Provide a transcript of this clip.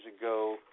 ago